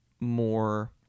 more